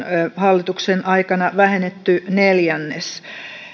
hallituksen aikana vähennetty neljännes